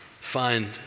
find